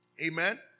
Amen